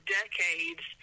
decades